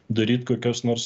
daryt kokios nors